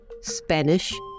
Spanish